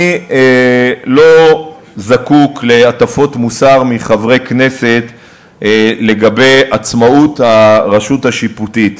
אני לא זקוק להטפות מוסר מחברי כנסת לגבי עצמאות הרשות השיפוטית.